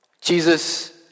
Jesus